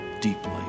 deeply